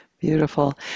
beautiful